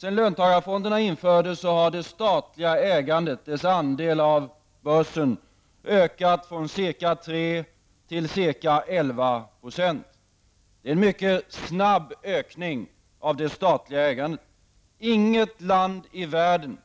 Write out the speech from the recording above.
Sedan löntagarfonderna infördes har det statliga ägandet, dess andel av börsen, ökat från ca 3 till ca 11 %. Det är en mycket snabb ökning av det statliga ägandet. Inget land i världen